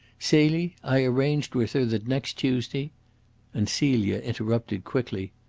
celie, i arranged with her that next tuesday and celia interrupted quickly.